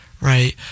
right